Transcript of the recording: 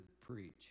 preach